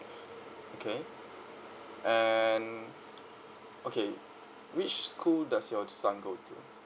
okay and okay which school does your son go to